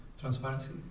transparency